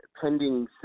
pending